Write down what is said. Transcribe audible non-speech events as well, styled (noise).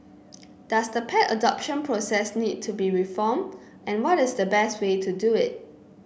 does the pet (noise) adoption process need to be reformed and what is the best way to do it